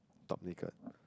top naked